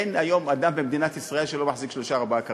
אין היום אדם במדינת ישראל שלא מחזיק שלושה-ארבעה כרטיסים.